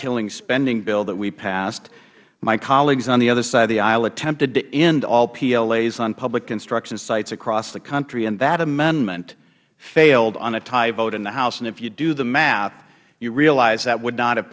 killing spending bill that we passed my colleagues on the other side of the aisle attempted to end all plas on public construction sites across the country and that amendment failed on a tie vote in the house if you do the math you realize that would not have